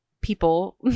people